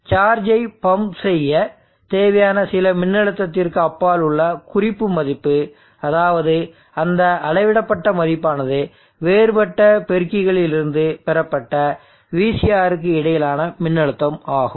சார்ஜை பம்ப் செய்ய தேவையான சில மின்னழுத்தத்திற்கு அப்பால் உள்ள குறிப்பு மதிப்பு அதாவது அந்த அளவிடப்பட்ட மதிப்பானது வேறுபட்ட பெருக்கிகளிலிருந்து பெறப்பட்ட VCR க்கு இடையிலான மின்னழுத்தம் ஆகும்